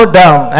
down